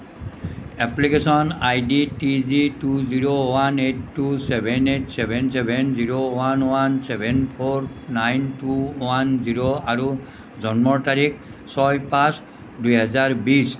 application I D three G two zero one eight two seven eight seven seven zero one one seven four nine two one zero আৰু জন্মৰ তাৰিখ ছয় পাঁচ দুই হাজাৰ বিশ